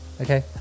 okay